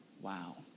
Wow